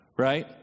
right